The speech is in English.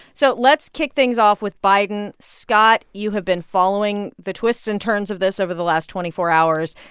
so let's kick things off with biden. scott, you have been following the twists and turns of this over the last twenty four hours.